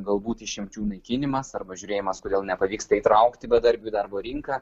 galbūt išimčių naikinimas arba žiūrėjimas kodėl nepavyksta įtraukti bedarbių į darbo rinką